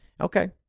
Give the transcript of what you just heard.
Okay